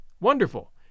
wonderful